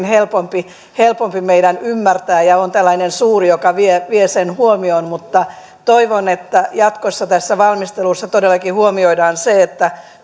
helpompi helpompi meidän ymmärtää ja se on tällainen suuri joka vie vie sen huomion mutta toivon että jatkossa tässä valmistelussa todellakin huomioidaan se että